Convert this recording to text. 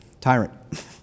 Tyrant